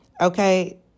okay